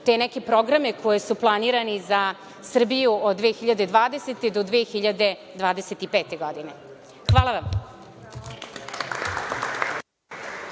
te neke programe koji su planirani za Srbiju od 2020. do 2025. godine. Hvala vam.